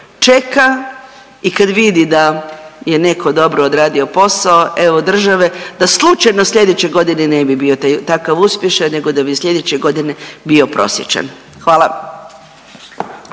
čeka i kad vidi da je neko dobro odradio posao evo države da slučajno slijedeće godine ne bi bio takav uspješan nego da bi slijedeće godine bio prosječan. Hvala.